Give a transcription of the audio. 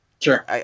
Sure